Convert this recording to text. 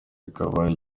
rikaba